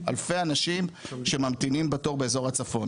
אלפי אנשים שממתינים בתור באזור הצפון.